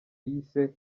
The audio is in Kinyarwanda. yise